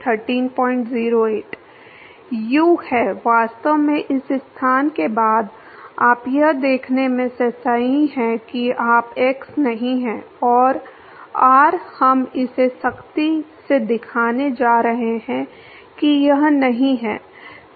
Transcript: you है वास्तव में इस स्थान के बाद आप यह देखने में सही हैं कि आप एक्स नहीं हैं और आर हम इसे सख्ती से दिखाने जा रहे हैं कि यह नहीं है